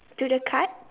to the card